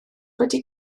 wedi